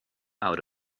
out